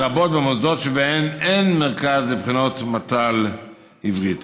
לרבות במוסדות שבהם אין מרכז לבחינות מת"ל עברית.